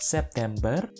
September